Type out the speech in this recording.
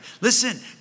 Listen